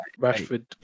Rashford